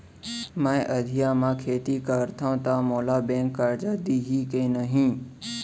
मैं अधिया म खेती करथंव त मोला बैंक करजा दिही के नही?